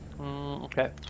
Okay